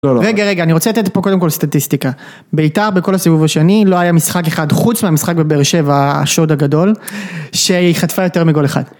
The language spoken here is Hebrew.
רגע, רגע, אני רוצה לתת פה קודם כל סטטיסטיקה. בית"ר, בכל הסיבוב השני, לא היה משחק אחד, חוץ מהמשחק בבאר שבע, השוד הגדול, שהיא חטפה יותר מגול אחד.